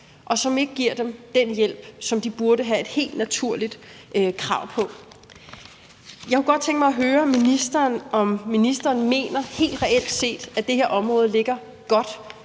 og som ikke giver dem den hjælp, som de burde have et helt naturligt krav på. Jeg kunne godt tænke mig at høre ministeren, om ministeren helt reelt set mener, at det her område ligger godt